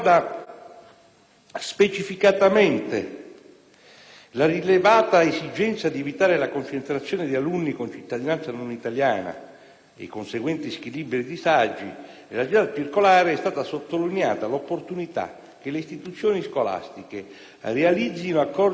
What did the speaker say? specificamente la rilevata esigenza di evitare la concentrazione di alunni con cittadinanza non italiana e i conseguenti squilibri e disagi, nella citata circolare è stata sottolineata l'opportunità che le istituzioni scolastiche realizzino accordi di rete